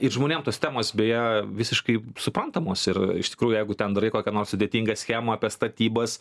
ir žmonėm tos temos beje visiškai suprantamos ir iš tikrųjų jeigu ten darai kokią nors sudėtingą schemą apie statybas